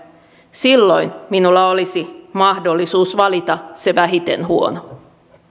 silloin minulla olisi mahdollisuus valita se vähiten huono